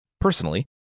personally